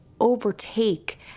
overtake